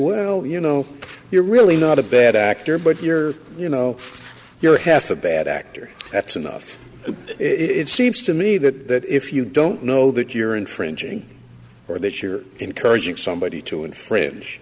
well you know you're really not a bad actor but you're you know you're half a bad actor that's enough it seems to me that if you don't know that you're infringing or that you're encouraging somebody to infringe